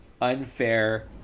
unfair